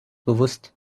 bewusst